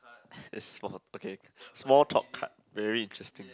it's for okay small talk card very interesting